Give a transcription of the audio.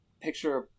picture